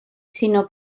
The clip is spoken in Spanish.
sino